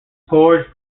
scourge